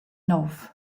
nouv